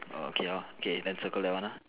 oh okay lor K then circle that one lor